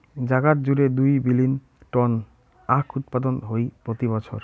জাগাত জুড়ে দুই বিলীন টন আখউৎপাদন হই প্রতি বছর